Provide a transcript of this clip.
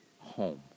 home